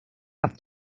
have